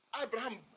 Abraham